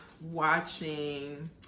watching